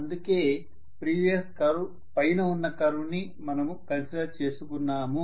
అందుకే previous curve పైన ఉన్న కర్వ్ ని మనము కన్సిడర్ చేసుకున్నాము